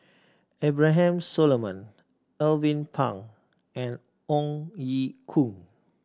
Abraham Solomon Alvin Pang and Ong Ye Kung